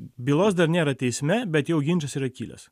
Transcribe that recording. bylos dar nėra teisme bet jau ginčas yra kilęs